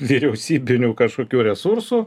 vyriausybinių kažkokių resursų